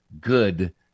good